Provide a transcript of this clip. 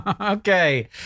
Okay